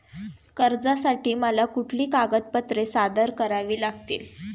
कर्जासाठी मला कुठली कागदपत्रे सादर करावी लागतील?